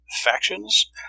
factions